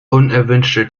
unerwünschte